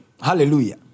Hallelujah